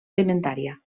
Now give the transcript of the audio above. alimentària